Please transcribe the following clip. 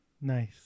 nice